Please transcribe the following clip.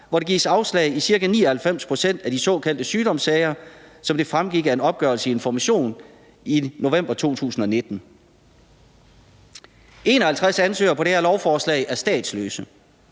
hvor der gives afslag i ca. 99 pct. af de såkaldte sygdomssager, som det fremgik af en opgørelse i Information i november 2019. 51 ansøgere på det her lovforslag er statsløse,